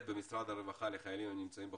במשרד הרווחה לחיילים הנמצאים בחובות?